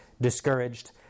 discouraged